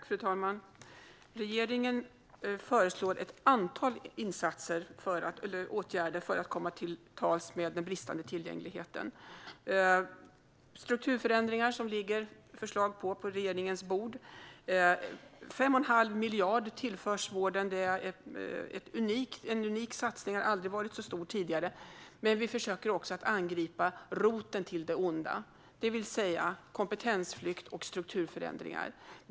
Fru talman! Regeringen föreslår ett antal åtgärder för att komma till rätta med den bristande tillgängligheten. Det ligger förslag på strukturförändringar på regeringens bord. 5 1⁄2 miljard tillförs vården. Det är en unik satsning. Det har aldrig satsats så mycket tidigare. Vi försöker dock angripa även roten till det onda, det vill säga kompetensflykt och strukturförändringar.